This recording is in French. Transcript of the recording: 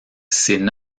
c’était